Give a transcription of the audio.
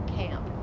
camp